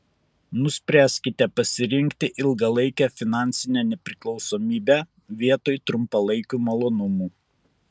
nuspręskite pasirinkti ilgalaikę finansinę nepriklausomybę vietoj trumpalaikių malonumų